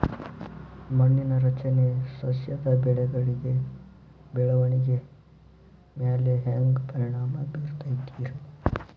ಮಣ್ಣಿನ ರಚನೆ ಸಸ್ಯದ ಬೆಳವಣಿಗೆ ಮ್ಯಾಲೆ ಹ್ಯಾಂಗ್ ಪರಿಣಾಮ ಬೇರತೈತ್ರಿ?